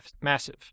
massive